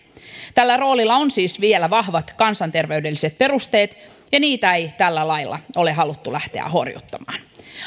tällä roolilla on siis vielä vahvat kansanterveydelliset perusteet ja niitä ei tällä lailla ole haluttu lähteä horjuttamaan